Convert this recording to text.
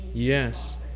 Yes